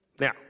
Now